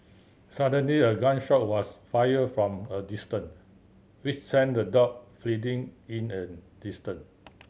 suddenly a gun shot was fire from a distance which sent the dog fleeing in an distant